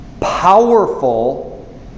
powerful